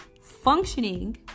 functioning